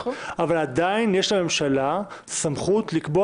עדיין יש לממשלה סמכות לקבוע